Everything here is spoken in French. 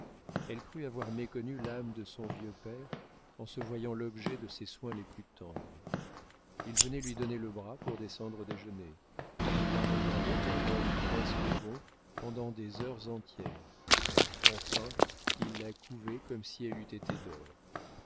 elle crut avoir méconnu l'âme de son vieux père en se voyant l'objet de ses soins les plus tendres il venait lui donner le bras pour descendre au déjeuner il la regardait d'un œil presque bon pendant des heures entières enfin il la couvait comme si elle eût été d'or